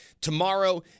tomorrow